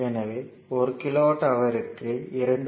எனவே ஒரு கிலோவாட் ஹவர்க்கு 2